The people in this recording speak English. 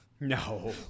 No